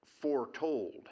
foretold